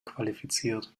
qualifiziert